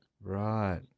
Right